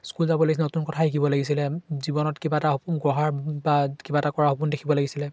school যাব লাগিছিলে নতুন কথা শিকিব লাগিছিলে জীৱনত কিবা এটা গঢ়াৰ বা কিবা এটা কৰাৰ সপোন দেখিব লাগিছিলে